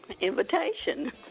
invitation